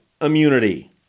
Immunity